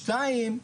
דבר שני,